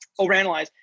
overanalyze